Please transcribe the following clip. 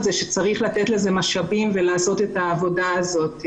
זה שצריך לתת לזה משאבים ולעשות את העבודה הזאת.